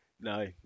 No